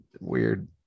Weird